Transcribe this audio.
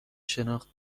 شناخت